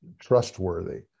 trustworthy